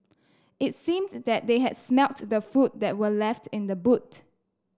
it seemed that they had smelt the food that were left in the boot